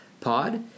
pod